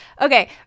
Okay